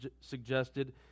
suggested